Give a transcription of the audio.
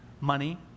Money